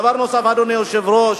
דבר נוסף, אדוני היושב-ראש.